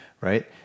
right